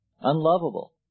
unlovable